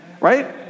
right